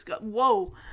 Whoa